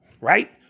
right